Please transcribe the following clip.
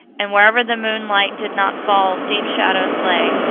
and wherever the moonlight did not fall deep shadows lay.